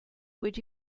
would